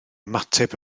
ymateb